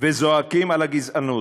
וזועקים על הגזענות.